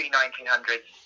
1900s